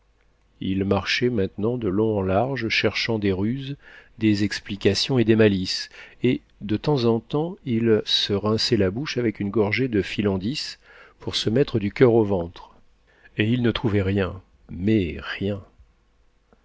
il marchait maintenant de long en large cherchant des ruses des explications et des malices et de temps en temps il se rinçait la bouche avec une gorgée de fil en dix pour se mettre du coeur au ventre et il ne trouvait rien mais rien